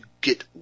get